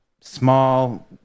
small